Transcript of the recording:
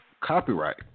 copyright